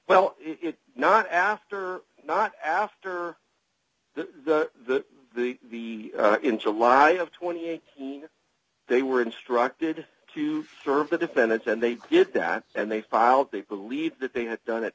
well not after not after the the in july of twenty eight they were instructed to serve the defendants and they did that and they filed they believe that they had done it